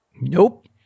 nope